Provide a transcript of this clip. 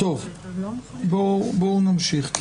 בואו נמשיך.